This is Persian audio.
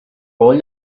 قول